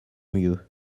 mieux